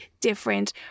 different